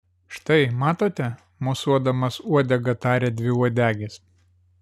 štai matote mosuodamas uodega tarė dviuodegis